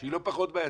שהיא לא פחות בעייתית.